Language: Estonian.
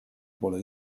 pole